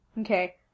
Okay